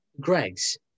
Greg's